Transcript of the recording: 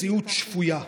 מציאות שפויה.